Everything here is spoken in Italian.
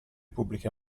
pubbliche